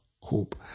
hope